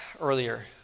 earlier